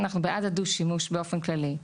אנחנו בעד הדו-שימוש באופן כללי,